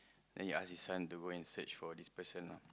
then he ask his son to go and search for this person